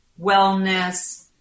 wellness